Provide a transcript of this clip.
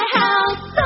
house